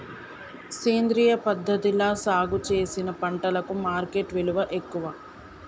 సేంద్రియ పద్ధతిలా సాగు చేసిన పంటలకు మార్కెట్ విలువ ఎక్కువ